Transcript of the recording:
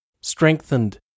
Strengthened